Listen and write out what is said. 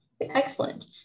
Excellent